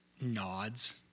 nods